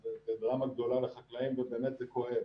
אז זה דרמה גדולה לחקלאים ובאמת זה כואב.